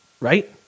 right